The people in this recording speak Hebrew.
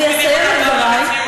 אני אסיים את דברי.